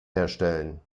herstellen